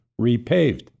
repaved